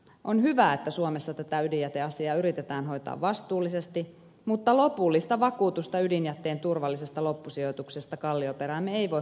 on hyvä että suomessa tätä ydinjäteasiaa yritetään hoitaa vastuullisesti mutta lopullista vakuutusta ydinjätteen turvallisesta loppusijoituksesta kallioperäämme ei voi kukaan antaa